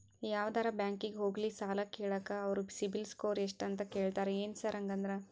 ಯಾವದರಾ ಬ್ಯಾಂಕಿಗೆ ಹೋಗ್ಲಿ ಸಾಲ ಕೇಳಾಕ ಅವ್ರ್ ಸಿಬಿಲ್ ಸ್ಕೋರ್ ಎಷ್ಟ ಅಂತಾ ಕೇಳ್ತಾರ ಏನ್ ಸಾರ್ ಹಂಗಂದ್ರ?